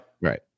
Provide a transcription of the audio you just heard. Right